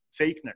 fakeness